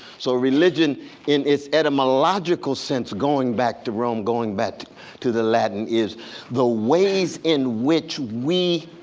so religion in its entomological sense going back to rome, going back to the latin is the ways in which we